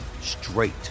straight